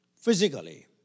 Physically